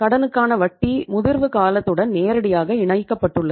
கடனுக்கான வட்டி முதிர்வுகாலத்துடன் நேரடியாக இணைக்கப்பட்டுள்ளது